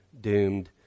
doomed